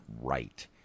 right